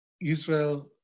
Israel